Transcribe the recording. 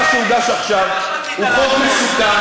מה שהוגש עכשיו הוא חוק מסוכן.